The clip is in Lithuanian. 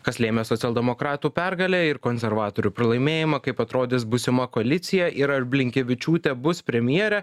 kas lėmė socialdemokratų pergalę ir konservatorių pralaimėjimą kaip atrodys būsima koalicija ir ar blinkevičiūtė bus premjerė